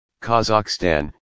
Kazakhstan